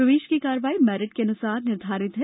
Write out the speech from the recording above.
प्रवेश की कार्यवाही मेरिट अनुसार निर्धारित है